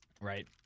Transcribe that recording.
Right